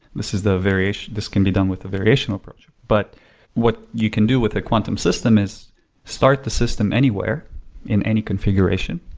this is the variation this can be done with the variation approach. but what you can do with the quantum system is start the system anywhere in any configuration.